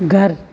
घरु